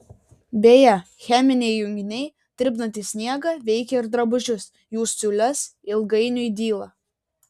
beje cheminiai junginiai tirpdantys sniegą veikia ir drabužius jų siūlės ilgainiui dyla